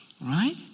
Right